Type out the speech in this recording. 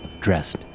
dressed